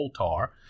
altar